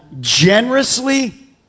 generously